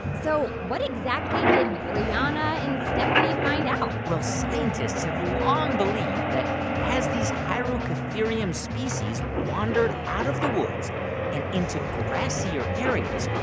so what exactly did brianna and stephanie find out? well, scientists have long believed that as these hyracotherium species wandered out of the woods and into grassy areas,